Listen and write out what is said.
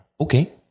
Okay